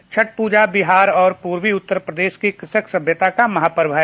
छठ पूजा बिहार और पूर्वी उत्तर प्रदेश की कृषक सभ्यता का महापर्व है